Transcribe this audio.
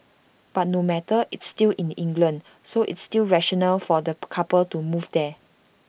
but no matter it's still in England so it's still rational for the couple to move there